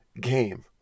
game